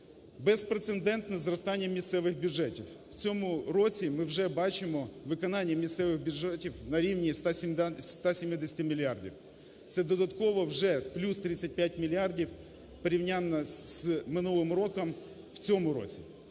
Безпрецедентне зростання місцевих бюджетів. В цьому році ми вже бачимо виконання місцевих бюджетів на рівні 170 мільярдів, це додатково вже плюс 35 мільярдів, порівняно з минулим роком, в цьому році.